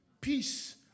peace